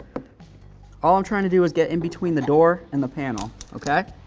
all i'm trying to do is get in between the door and the panel, okay